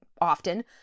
often